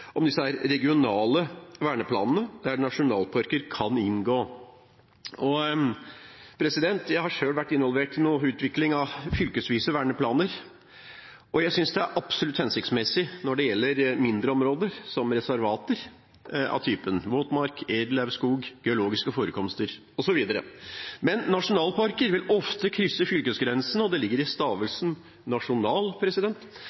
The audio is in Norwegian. om disse regionale verneplanene, der nasjonalparker kan inngå. Jeg har selv vært involvert i utvikling av fylkesvise verneplaner, og jeg synes det absolutt er hensiktsmessig når det gjelder mindre områder, som reservater av typen våtmark, edellauvskog, biologiske forekomster osv., men nasjonalparker vil ofte krysse fylkesgrensene, og det ligger i